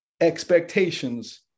expectations